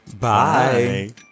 Bye